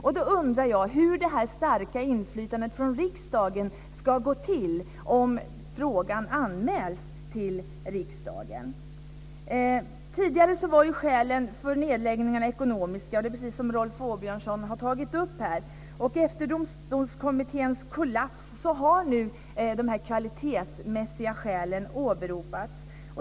Jag undrar hur detta starka inflytande från riksdagen ska gå till om frågan Tidigare var skälen för nedläggningarna ekonomiska, precis som Rolf Åbjörnsson har tagit upp här. Efter Domstolskommitténs kollaps har nu de här kvalitetsmässiga skälen åberopats.